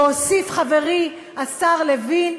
והוסיף חברי השר לוין,